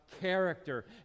character